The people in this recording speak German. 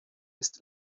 ist